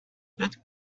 that